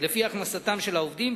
לפי הכנסתם של העובדים,